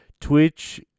Twitch